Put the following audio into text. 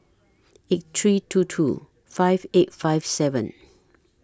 eight three two two five eight five seven